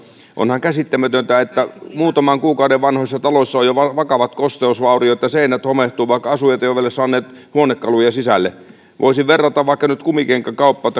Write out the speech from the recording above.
onhan käsittämätöntä että muutaman kuukauden vanhoissa taloissa on jo vakavat kosteusvauriot ja seinät homehtuvat vaikka asujat eivät ole vielä saaneet huonekaluja sisälle voisin verrata vaikka nyt kumikenkäkauppaan